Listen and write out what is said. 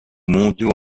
mondiaux